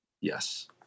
yes